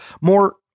more